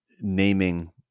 naming